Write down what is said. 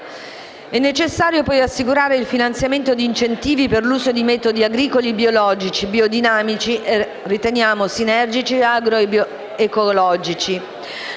È necessario, poi, assicurare il finanziamento di incentivi per l'uso di metodi agricoli biologici, bio-dinamici, sinergici e agro-ecologici.